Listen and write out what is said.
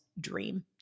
dream